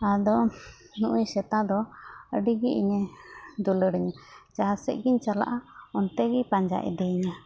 ᱟᱫᱚ ᱱᱩᱜ ᱩᱭ ᱥᱮᱛᱟ ᱫᱚ ᱟᱹᱰᱤ ᱜᱮ ᱤᱧᱮ ᱫᱩᱞᱟᱹᱲ ᱤᱧᱟᱹ ᱡᱟᱦᱟᱸ ᱥᱮᱫ ᱜᱮᱧ ᱪᱟᱞᱟᱜᱼᱟ ᱚᱱᱛᱮ ᱜᱮᱭ ᱯᱟᱸᱡᱟ ᱤᱫᱤᱭᱮᱧᱟᱹ